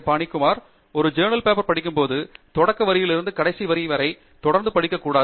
பானுகுமார் ஒரு ஆய்வுக் கட்டுரையைப் படிக்கும்போது கடைசி வரிசையில் இருந்து தொடர் வரிசையில் கடைசி வரியிலிருந்து நாம் படிக்கக்கூடாது